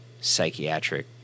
psychiatric